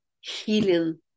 healing